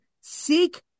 seek